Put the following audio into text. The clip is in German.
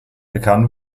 bekannt